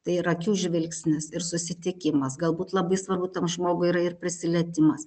tai ir akių žvilgsnis ir susitikimas galbūt labai svarbu tam žmogui yra ir prisilietimas